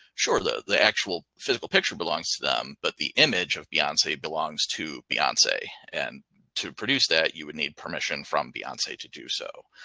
surely the actual physical picture belongs to them, but the image of beyonce belongs to beyonce and to produce that you would need permission from beyonce to do so.